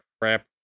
crap